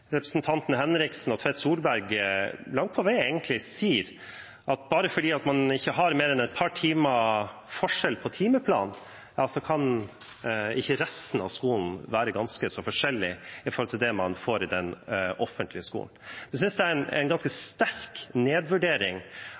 Henriksen og Tvedt Solberg langt på vei egentlig sier at bare fordi man ikke har mer enn et par timers forskjell på timeplanen, så kan ikke resten av skolen være ganske så forskjellig fra det man får i den offentlige skolen. Det synes jeg er en ganske sterk nedvurdering